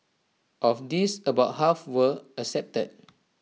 of these about half were accepted